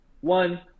One